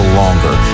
longer